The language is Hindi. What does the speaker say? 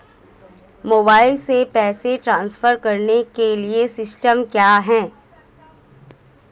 मोबाइल से पैसे ट्रांसफर करने के लिए सिस्टम क्या है?